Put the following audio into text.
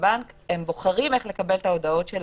הבנק בוחרים איך לקבל את ההודעות שלהם.